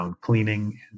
cleaning